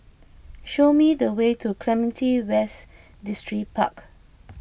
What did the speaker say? show me the way to Clementi West Distripark